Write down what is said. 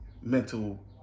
mental